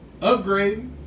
upgrading